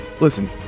listen